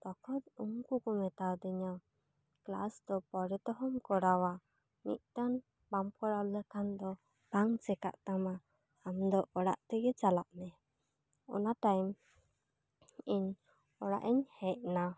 ᱛᱚᱠᱷᱚᱱ ᱩᱱᱠᱩ ᱠᱚ ᱢᱮᱛᱟ ᱟᱫᱤᱧᱟᱹ ᱠᱞᱟᱥ ᱫᱚ ᱯᱚᱨᱮ ᱛᱮᱦᱚᱢ ᱠᱚᱨᱟᱣᱟ ᱢᱤᱫᱴᱟᱝ ᱵᱟᱢ ᱠᱚᱨᱟᱣ ᱞᱮᱠᱷᱟᱱ ᱫᱚ ᱵᱟᱝ ᱪᱮᱠᱟᱜ ᱛᱟᱢᱟ ᱟᱢ ᱫᱚ ᱚᱲᱟᱜ ᱛᱮᱜᱮ ᱪᱟᱞᱟᱜ ᱢᱮ ᱚᱱᱟ ᱴᱟᱭᱤᱢ ᱤᱧ ᱚᱲᱟᱜ ᱤᱧ ᱦᱮᱡ ᱮᱱᱟ